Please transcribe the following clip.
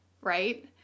right